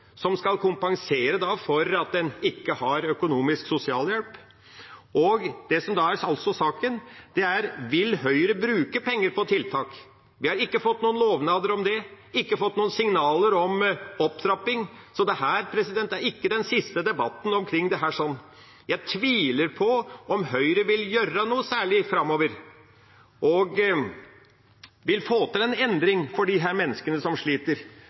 som skal kompensere for at en ikke har økonomisk sosialhjelp. Det som også er saken, er: Vil Høyre bruke penger på tiltak? Vi har ikke fått noen lovnader om det, ikke fått noen signaler om opptrapping, så dette er ikke den siste debatten omkring saken. Jeg tviler på om Høyre vil gjøre noe særlig framover og få til en endring for disse menneskene som sliter,